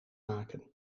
maken